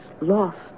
lost